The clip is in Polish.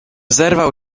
zerwał